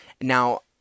Now